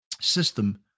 system